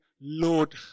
Lord